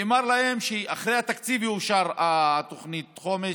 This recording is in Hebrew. נאמר להם שאחרי התקציב תאושר תוכנית החומש.